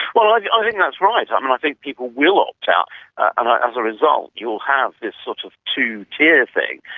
well, i um think that's right. um and i think people will opt out and as a result you'll have this, sort of, two-tier thing.